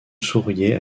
souriaient